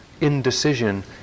indecision